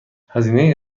هزینه